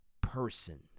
person